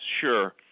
sure